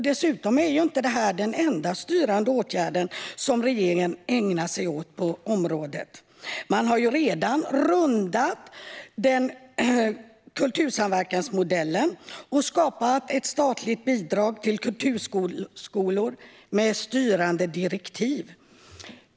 Dessutom är detta inte den enda styrande åtgärd som regeringen ägnar sig åt på området. Man har redan rundat kultursamverkansmodellen och skapat ett statligt bidrag till kulturskolor med styrande direktiv.